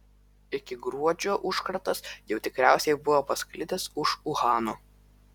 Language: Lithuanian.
iki gruodžio užkratas jau tikriausiai buvo pasklidęs už uhano